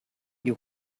you